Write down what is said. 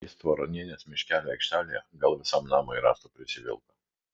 jis tvaronienės miškelio aikštelėje gal visam namui rąstų prisivilko